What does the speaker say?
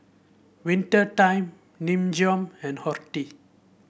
Winter Time Nin Jiom and Horti